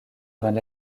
vingts